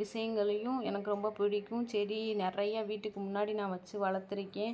விஷயங்களையும் எனக்கும் ரொம்ப பிடிக்கும் செடி நிறையா வீட்டுக்கு முன்னாடி நான் வச்சு வளர்த்துருக்கேன்